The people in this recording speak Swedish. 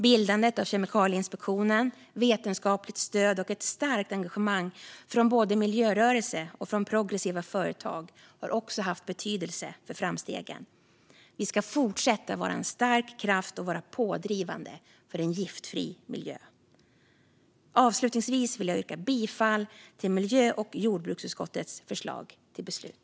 Bildandet av Kemikalieinspektionen, vetenskapligt stöd och ett starkt engagemang från både miljörörelse och progressiva företag har också haft betydelse för framstegen. Vi ska fortsätta vara en stark kraft och vara pådrivande för en giftfri miljö. Avslutningsvis vill jag yrka bifall till miljö och jordbruksutskottets förslag till beslut.